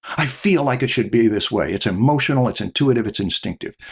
i feel like it should be this way. it's emotional, it's intuitive, it's instinctive.